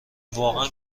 واقعا